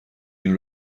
این